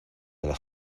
del